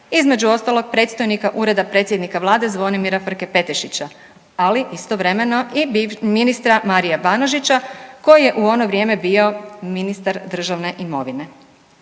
između ostalog, predstojnika Ureda predsjednika Vlade Zvonimira Frke Petešića, ali istovremeno i ministra Marija Banožića, koji je u ono vrijeme bio ministar državne imovine.